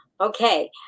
Okay